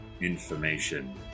information